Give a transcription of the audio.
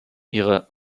ihre